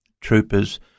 troopers